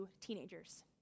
teenagers